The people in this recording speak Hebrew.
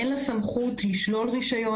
אין לה סמכות לשלול רישיון,